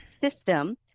system